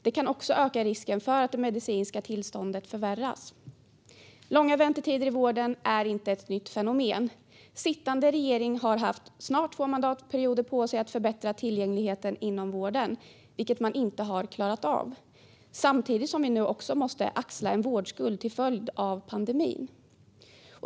Det kan också öka risken för att det medicinska tillståndet förvärras. Långa väntetider i vården är inte ett nytt fenomen. Sittande regeringen har haft snart två mandatperioder på sig att förbättra tillgängligheten inom vården, vilken den inte har klarat av. Samtidigt måste vi nu axla en vårdskuld till följd av pandemin.